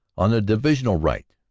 on the divisional right,